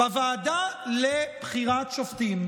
בוועדה לבחירת שופטים.